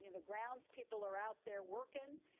the grounds people are out there working,